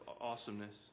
awesomeness